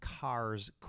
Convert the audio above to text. car's